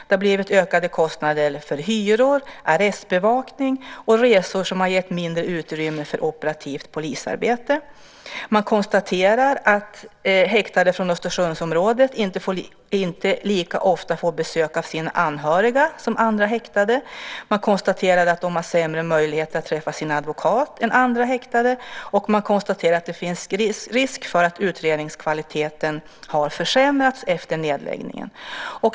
Det har blivit ökade kostnader för hyror, arrestbevakning och resor som har gett mindre utrymme för operativt polisarbete. Man konstaterar att häktade från Östersundsområdet inte lika ofta får besök av sina anhöriga som andra häktade. Man konstaterar att de har sämre möjligheter att träffa sin advokat än andra häktade. Man konstaterar också att det finns risk för att utredningskvaliteten har försämrats efter nedläggningen.